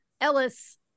Ellis